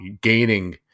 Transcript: gaining